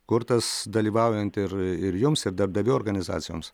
kurtas dalyvaujant ir jums ir darbdavių organizacijoms